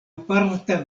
aparta